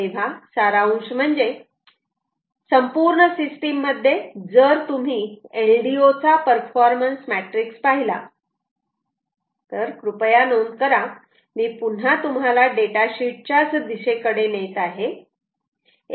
तेव्हा सारांश म्हणजे संपूर्ण सिस्टीम मध्ये जर तुम्ही LDO चा परफॉर्मन्स मॅट्रिक्स पाहिला तर कृपया नोंद करा मी पुन्हा तुम्हाला डेटा शीट च्याच दिशेकडे नेत आहे